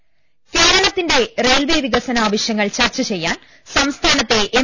M കേരളത്തിന്റെ railway വികസന ആവശ്യങ്ങൾ ചർച്ച ചെയ്യാൻ സംസ്ഥാനത്തെ എം